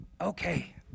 Okay